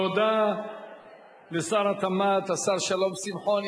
תודה לשר התמ"ת, השר שלום שמחון.